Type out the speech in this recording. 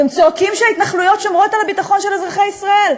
אתם צועקים שההתנחלויות שומרות על הביטחון של אזרחי ישראל,